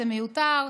זה מיותר.